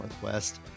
Northwest